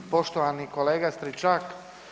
Poštovani kolega Stričak.